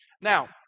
Now